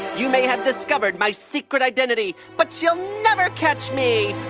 you may have discovered my secret identity, but you'll never catch me.